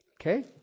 Okay